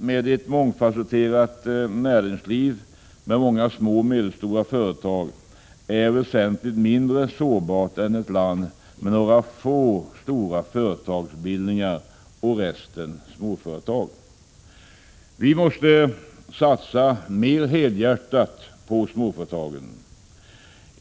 med ett mångfasetterat näringsliv med många små och medelstora företag är väsentligt mindre sårbart än ett land med några få stora företagsbildningar och resten småföretag. Vi måste satsa mer helhjärtat på småföretagen.